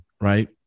right